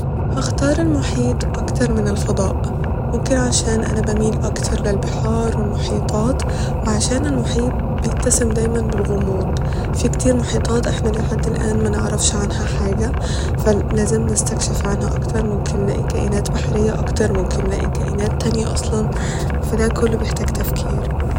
هختار المحيط أكتر من الفضاء ممكن عشان انا بميل اكتر للبحار والمحيطات وعشان المحيط بيتسم دايما بالغموض في كتير محيطات احنا لحد الآن منعرفش عنها حاجة ف لازم نستكشف عنها اكتر ممكن نلاقي كائنات بحرية اكتر ممكن نلاقي كائنات تانية اصلا ف ده كله بيحتاج تفكير